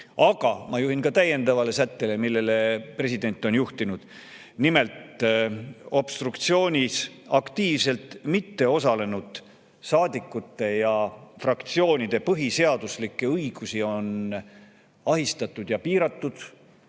ma juhin tähelepanu täiendavale sättele, mida president on [nimetanud]. Nimelt, obstruktsioonis aktiivselt mitte osalenud saadikute ja fraktsioonide põhiseaduslikke õigusi on ahistatud ja piiratud.